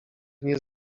nie